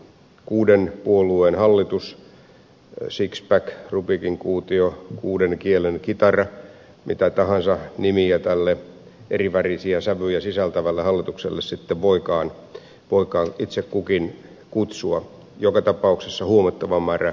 kuuden puolueen hallitus sixpack rubikin kuutio kuuden kielen kitara mitä tahansa nimiä tälle erivärisiä sävyjä sisältävälle hallitukselle sitten voikaan itse kukin antaa joka tapauksessa huomattava määrä osapuolia